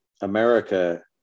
America